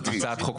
הצעת חוק פרטית.